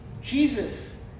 Jesus